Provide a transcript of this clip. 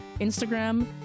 Instagram